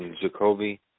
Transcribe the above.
Jacoby